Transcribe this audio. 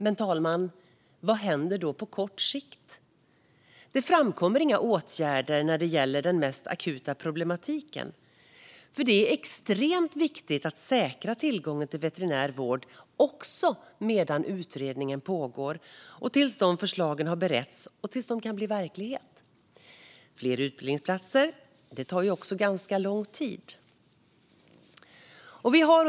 Men vad händer på kort sikt, fru talman? Det framkommer inga åtgärder när det gäller den mest akuta problematiken. Det är extremt viktigt att säkra tillgången till veterinär vård också medan utredningen pågår och tills de förslagen har beretts och kan bli verklighet. Fler utbildningsplatser tar ganska lång tid att få på plats.